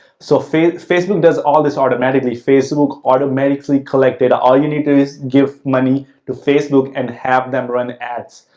so, facebook facebook does all this automatically. facebook automatically collected. all you need to do is give money to facebook and have them run ads.